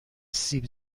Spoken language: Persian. سیب